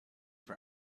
for